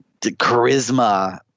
charisma